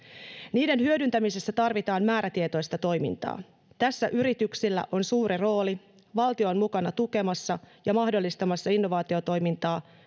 niiden hyödyntämisessä tarvitaan määrätietoista toimintaa tässä yrityksillä on suuri rooli valtio on mukana tukemassa ja mahdollistamassa innovaatiotoimintaa